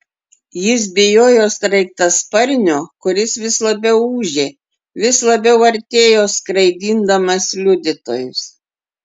jis bijojo sraigtasparnio kuris vis labiau ūžė vis labiau artėjo skraidindamas liudytojus